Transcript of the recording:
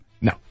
No